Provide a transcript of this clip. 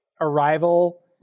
arrival